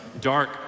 dark